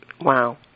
Wow